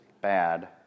bad